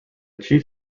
chief